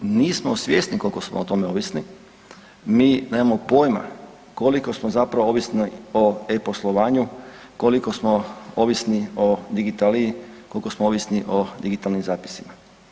Nismo svjesni koliko smo o tome ovisni, mi nemamo pojama koliko smo zapravo ovisni o ePoslovnju, koliko smo ovisni o digitali, koliko smo ovisni o digitalnim zapisima.